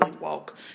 walk